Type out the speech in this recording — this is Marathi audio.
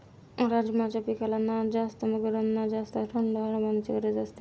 राजमाच्या पिकाला ना जास्त गरम ना जास्त थंड हवामानाची गरज असते